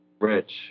Rich